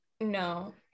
no